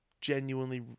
genuinely